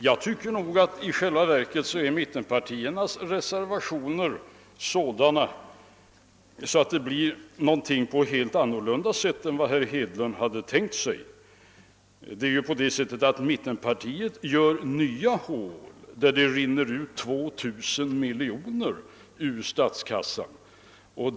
Jag tycker att det i själva verket är mittenpartiernas reservationer som är sådana och som får helt andra konsekvenser än herr Hedlund tänkt sig. Mittenpartierna skapar ju nya hål, ur vilka det rinner ut 2 000 miljoner kronor ur statskassan.